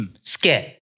scared